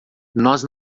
nós